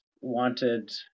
wanted